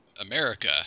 America